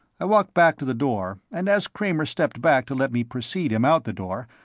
i walked back to the door, and as kramer stepped back to let me precede him out the door,